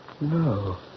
No